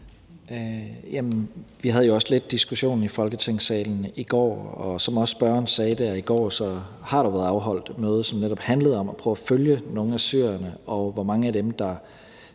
Vi havde jo også lidt diskussionen i Folketingssalen i går, og som også spørgeren sagde det i går, har der været afholdt et møde, som netop handlede om at prøve at følge nogle af syrerne og se, hvor mange af dem der